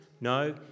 No